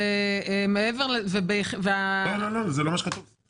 זה לא מה שכתוב פה.